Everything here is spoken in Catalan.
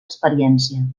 experiència